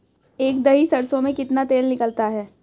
एक दही सरसों में कितना तेल निकलता है?